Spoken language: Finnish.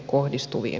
talman